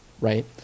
Right